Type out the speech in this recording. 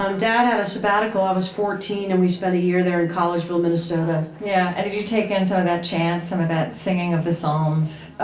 um dad had a sabbatical. i was fourteen, and we spent a year there in collegeville, minnesota yeah. and did you take in some of that chant, some of that singing of the psalms?